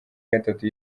gatatu